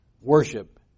worship